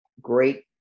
great